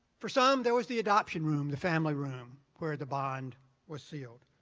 for some, there was the adoption room, the family room, where the bond was sealed.